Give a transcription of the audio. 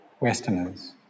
Westerners